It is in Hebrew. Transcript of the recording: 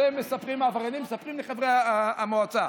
את זה העבריינים מספרים לחברי המועצה.